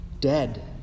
dead